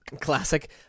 Classic